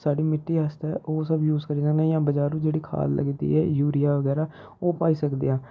साढ़ी मिट्टी आस्तै ओह् सब यूज़ करी सकनें जां बजारूं जेह्ड़ी खाद लगदी एह् यूरिया बगैरा ओह् पाई सकदे आं